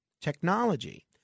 technology